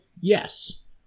Yes